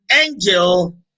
angel